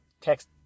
text